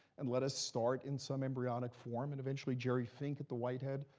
and let us start in some embryonic form. and eventually, gerry fink at the whitehead,